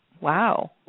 wow